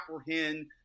apprehend